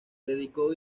dedicó